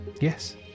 yes